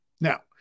Now